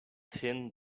tin